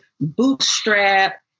bootstrap